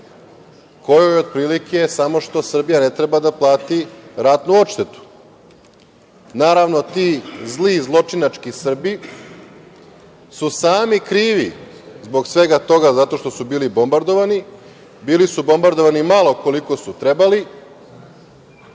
kojoj otprilike samo što Srbija ne treba da plati ratnu odštetu. Naravno, ti zli zločinački Srbi su sami krivi zbog svega toga, zato što su bili bombardovani. Bili su bombardovani malo koliko su trebali